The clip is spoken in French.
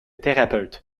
thérapeute